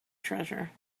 treasure